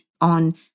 on